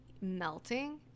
melting